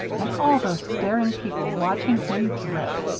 and all those staring people watching him drip!